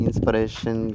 inspiration